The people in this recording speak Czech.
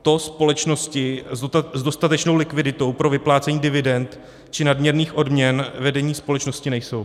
To společnosti s dostatečnou likviditou pro vyplácení dividend či nadměrných odměn vedení společnosti nejsou.